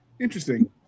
Interesting